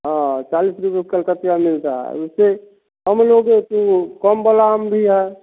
हाँ चालीस रुपए कलकतिया मिलता है उससे कम लोगे तो कम वाला आम भी है